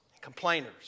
complainers